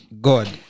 God